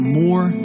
more